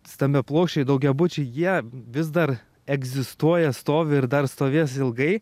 stambiaplokščiai daugiabučiai jie vis dar egzistuoja stovi ir dar stovės ilgai